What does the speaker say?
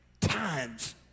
times